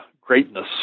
greatness